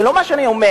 זה לא מה שאני אומר,